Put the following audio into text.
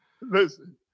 Listen